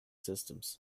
systems